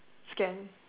scan